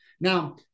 Now